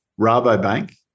Rabobank